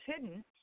hidden